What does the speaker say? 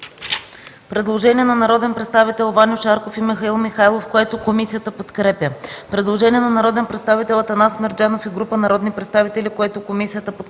Предложение от народните представители Ваньо Шарков и Михаил Михайлов, което комисията подкрепя